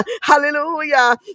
Hallelujah